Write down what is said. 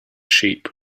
sheep